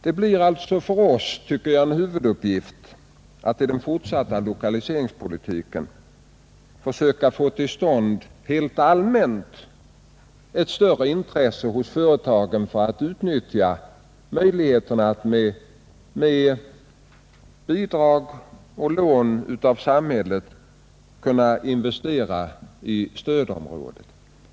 Det blir alltså för oss en huvuduppgift att i den fortsatta lokaliseringspolitiken helt allmänt försöka få till stånd ett större intresse hos företagen för att utnyttja möjligheterna att med bidrag och lån av samhället investera i stödområdet.